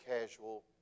casual